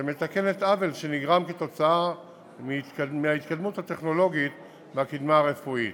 שמתקנת עוול שנגרם מההתקדמות הטכנולוגית והקדמה הרפואית.